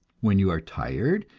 when you are tired,